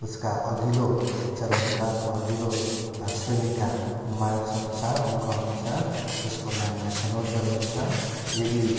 उसका अघिल्लो चरणका अथवा अघिल्लो श्रेणीका मार्क्सअनुसार अङ्कअनुसार उसको नामलाई छनौट गरिन्छ यदि